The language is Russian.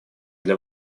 для